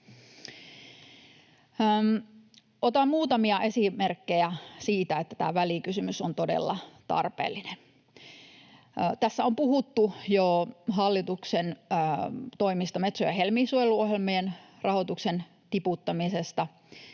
Otan muutamia esimerkkejä siitä, että tämä välikysymys on todella tarpeellinen. Tässä on jo puhuttu hallituksen toimista, Metso- ja Helmi-suojeluohjelmien rahoituksen tiputtamisesta.